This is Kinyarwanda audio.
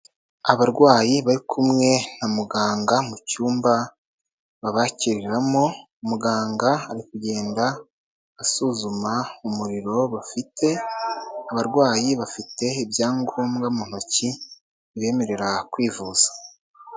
Abarwayi bari kumwe na muganga mu cyumba babakiriramo, muganga ari kugenda asuzuma umuriro bafite, abarwayi bafite ibyangombwa mu ntoki bibemerera kwivuza.